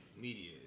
Media